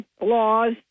laws